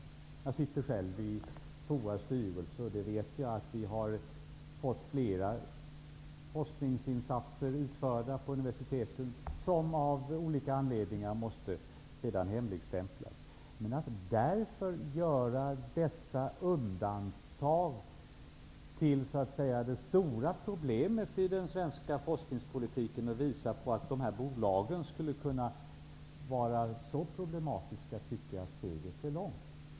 Jag sitter själv i FOA:s styrelse och vet att vi har fått flera forskningsinsatser utförda på universiteten som av olika anledningar sedan måste hemligstämplas. Men till att därför göra dessa undantag till så att säga det stora problemet i den svenska forskningspolitiken och visa på att bolagen skulle kunna vara så problematiska, tycker jag att steget är långt.